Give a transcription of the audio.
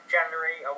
January